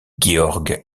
georg